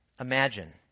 imagine